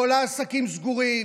כל העסקים סגורים,